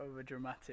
overdramatic